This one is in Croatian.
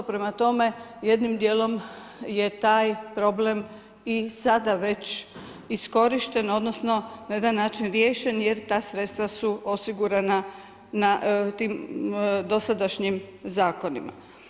Prema tome, jednim dijelom je taj problem i sada već iskorišten, odnosno na jedan način riješen, jer ta sredstva su osigurana na tim dosadašnjim zakonima.